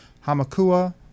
Hamakua